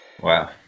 Wow